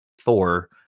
Thor